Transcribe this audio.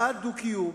בעד הדו-קיום,